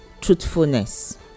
truthfulness